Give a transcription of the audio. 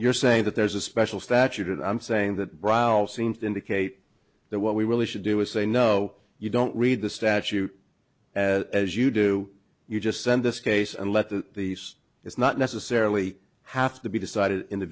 you're saying that there's a special statute and i'm saying that ryle seems to indicate that what we really should do is say no you don't read the statute as you do you just send this case and let the east is not necessarily have to be decided in the